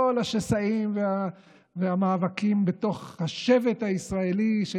כל השסעים והמאבקים בתוך השבט הישראלי של